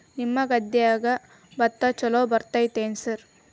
ನಿಮ್ಮ ಗದ್ಯಾಗ ಭತ್ತ ಛಲೋ ಬರ್ತೇತೇನ್ರಿ?